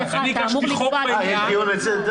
אתה אמור לקבוע דיון בוועדה.